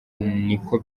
niko